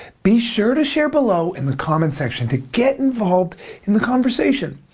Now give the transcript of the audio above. be sure to share below in the comment section to get involved in the conversation.